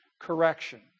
correction